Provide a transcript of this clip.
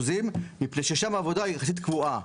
מפני ששם העבודה היא יחסית קבועה.